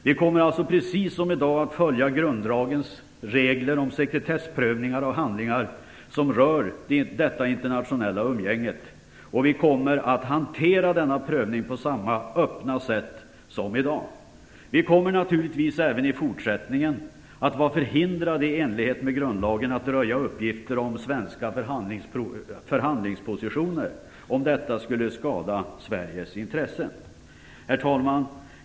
Vi kommer alltså precis som i dag att följa grundlagens regler om sekretessprövningar och handlingar som rör det internationella umgänget, och vi kommer att hantera denna prövning på samma öppna sätt som i dag. Vi kommer naturligtvis även i fortsättningen att i enlighet med grundlagen vara förhindrade att röja uppgifter om svenska förhandlingspositioner, om detta skulle skada Sveriges intressen. Herr talman!